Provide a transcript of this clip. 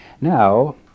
Now